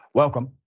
Welcome